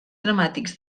dramàtics